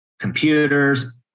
computers